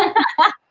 and but